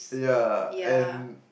yeah and